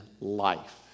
life